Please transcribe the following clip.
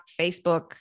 Facebook